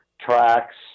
tracks